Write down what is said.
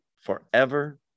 forever